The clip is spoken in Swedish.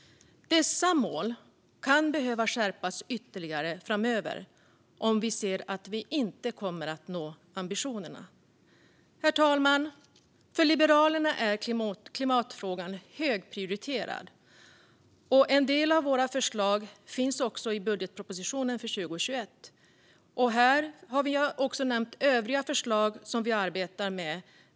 Dessa mål kan behöva skärpas ytterligare framöver om vi ser att vi inte kommer att nå ambitionerna. Herr talman! För Liberalerna är klimatfrågan högprioriterad. En del av våra förslag finns också i budgetpropositionen för 2021. Här har vi också nämnt övriga förslag som vi arbetar med.